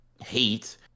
hate